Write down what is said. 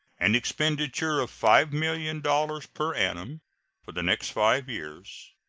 an expenditure of five million dollars per annum for the next five years,